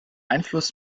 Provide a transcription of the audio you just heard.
einfluss